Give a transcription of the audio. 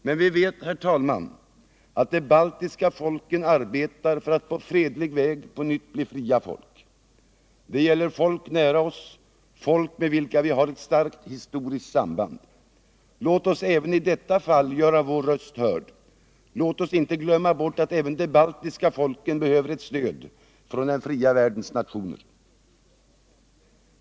Men vi vet, herr talman, att de baltiska folken arbetar för att på fredlig väg på nytt bli fria folk. Det gäller folk nära oss, folk med vilka vi har ett starkt historiskt samband. Låt oss även i detta fall göra vår röst hörd — låt oss inte glömma att även de baltiska folken behöver ett stöd från den fria världens nationer.